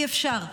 אי-אפשר.